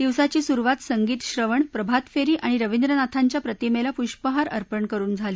दिवसाची सुरुवात संगीतश्रवण प्रभातफेरी आणि रविंद्रनाथांच्या प्रतिमेला पुष्पहार अर्पण करुन झाली